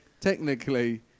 technically